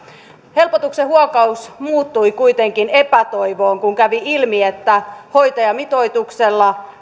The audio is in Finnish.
helpotuksen huokaus muuttui kuitenkin epätoivoon kun kävi ilmi että hoitajamitoituksella